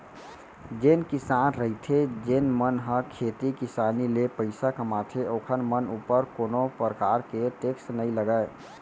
जेन किसान रहिथे जेन मन ह खेती किसानी ले पइसा कमाथे ओखर मन ऊपर कोनो परकार के टेक्स नई लगय